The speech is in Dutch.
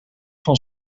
van